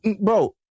bro